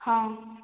ହଁ